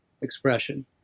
expression